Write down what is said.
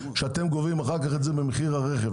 ואתם גובים את זה אחר כך במחיר הרכב.